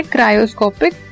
Cryoscopic